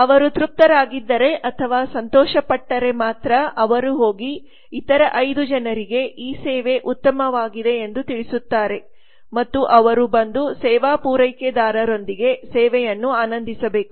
ಅವರು ತೃಪ್ತರಾಗಿದ್ದರೆ ಅಥವಾ ಸಂತೋಷಪಟ್ಟರೆ ಮಾತ್ರ ಅವರು ಹೋಗಿ ಇತರ 5 ಜನರಿಗೆ ಈ ಸೇವೆ ಉತ್ತಮವಾಗಿದೆ ಎಂದು ತಿಳಿಸುತ್ತಾರೆ ಮತ್ತು ಅವರು ಬಂದು ಸೇವಾ ಪೂರೈಕೆದಾರರೊಂದಿಗೆ ಸೇವೆಯನ್ನು ಆನಂದಿಸಬೇಕು